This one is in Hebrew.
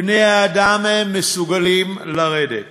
בני-האדם מסוגלים לרדת,